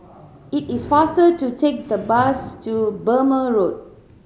it is faster to take the bus to Burmah Road